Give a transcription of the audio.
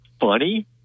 funny